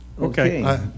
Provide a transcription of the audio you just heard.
Okay